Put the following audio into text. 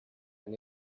ein